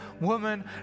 woman